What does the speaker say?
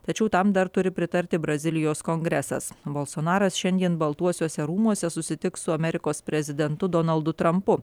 tačiau tam dar turi pritarti brazilijos kongresas bolsonaras šiandien baltuosiuose rūmuose susitiks su amerikos prezidentu donaldu trampu